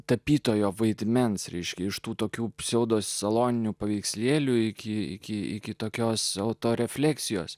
tapytojo vaidmens ryškiai iš tų tokių pseudo saloninių paveikslėlių iki iki iki tokios o to refleksijos